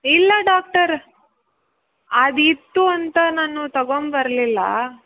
ಇಲ್ಲ ಡಾಕ್ಟರ್ ಅದು ಇತ್ತು ಅಂತ ನಾನು ತಗೊಂಬರಲಿಲ್ಲ